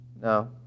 No